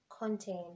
Content